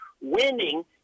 winning